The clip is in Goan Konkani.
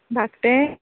धाकटें